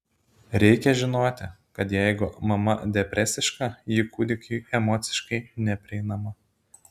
reikia žinoti kad jeigu mama depresiška ji kūdikiui emociškai neprieinama